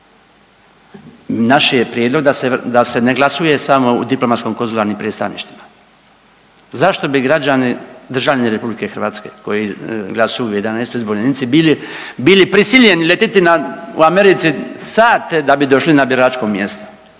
Naš je prijedlog da se ne glasuje samo u diplomatsko konzularnim predstavništvima. Zašto bi građani državljani RH koji glasuju u 11. izbornoj jedinici bili, bili prisiljeni letiti na u Americi sate da bi došli na biračko mjesto.